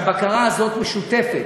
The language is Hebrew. והבקרה הזאת משותפת,